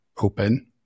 Open